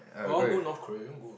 want go North Korea